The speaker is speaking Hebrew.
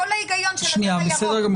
זה כל ההיגיון של התו הירוק.